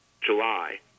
July